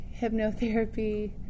hypnotherapy